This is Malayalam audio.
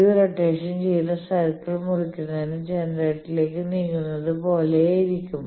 ഇത് റൊട്ടേഷൻ ചെയ്ത സർക്കിൾ മുറിക്കുന്നതിന് ജനറേറ്ററിലേക്ക് നീങ്ങുന്നത് പോലെയായിരിക്കും